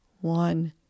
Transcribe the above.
One